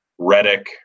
Redick